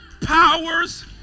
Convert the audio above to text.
powers